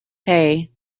hey